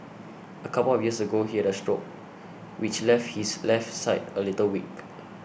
a couple of years ago he had a stroke which left his left side a little weak